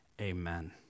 amen